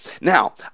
Now